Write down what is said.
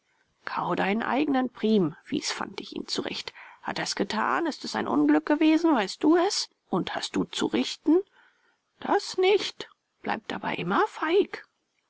deinen eigenen priem wies fantig ihn zurecht hat er's getan ist es ein unglück gewesen weißt du es und hast du zu richten das nicht bleibt aber immer feig